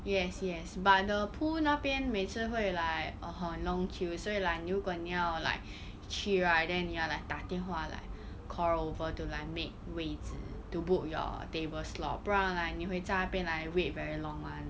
yes yes but the pool 那边每次会 like 很 long queue 所以 like 如果你要 like 去 right then 你要 like 打电话 leh call over to like make 位子 to book your table slot 不然 like 你会在那边 like wait very long [one]